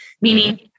meaning